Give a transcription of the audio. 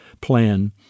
plan